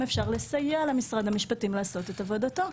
אפשר לסייע למשרד המשפטים לעשות את עבודתו.